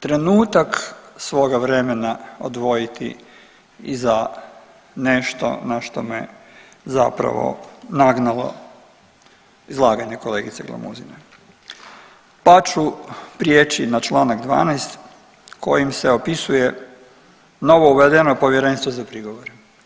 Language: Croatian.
trenutak svoga vremena odvojiti i za nešto na što me zapravo nagnalo izlaganje kolegice Glamuzime, pa ću prijeći na čl. 12. kojim se opisuje novo uvedeno povjerenstvo za prigovor.